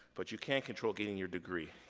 but you can control getting your degree.